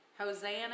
Hosanna